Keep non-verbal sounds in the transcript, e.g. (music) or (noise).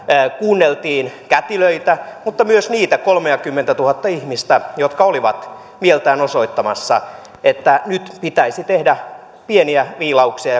kuunneltiin kätilöitä mutta myös niitä kolmekymmentätuhatta ihmistä jotka olivat mieltään osoittamassa nyt pitäisi tehdä pieniä viilauksia (unintelligible)